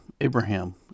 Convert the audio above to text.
Abraham